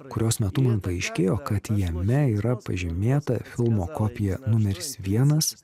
kurios metu man paaiškėjo kad jame yra pažymėta filmo kopija numeris vienas